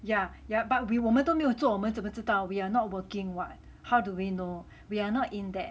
yeah yeah but we 我们都没有做我们怎么知道 we're not working [what] how do we know we are not in that